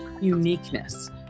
uniqueness